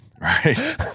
Right